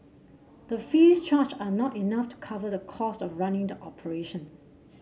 the fees charged are not enough to cover the costs of running the operation